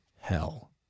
hell